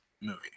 movie